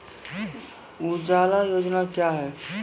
उजाला योजना क्या हैं?